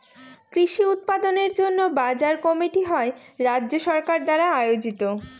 কৃষি উৎপাদনের জন্য বাজার কমিটি হয় রাজ্য সরকার দ্বারা আয়োজিত